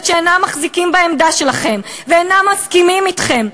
שאינם מחזיקים בעמדה שלכם ואינם מסכימים אתכם,